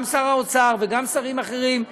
גם שר האוצר וגם שרים אחרים,